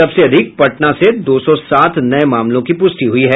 सबसे अधिक पटना से दो सौ सात नये मामलों की पुष्टि हुई है